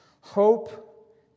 Hope